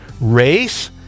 race